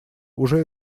уже